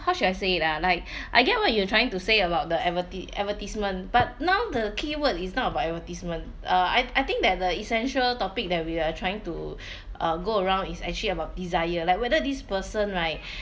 how should I say it ah like I get what you're trying to say about the advertise advertisement but now the keyword is not about advertisement uh I I think that the essential topic that we are trying to uh go around is actually about desire like whether this person right